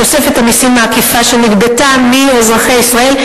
תוספת המסים העקיפה שנגבתה מאזרחי ישראל,